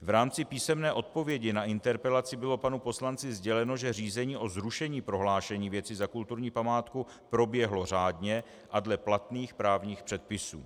V rámci písemné odpovědi na interpelaci bylo panu poslanci sděleno, že řízení o zrušení prohlášení věci za kulturní památku proběhlo řádně a dle platných právních předpisů.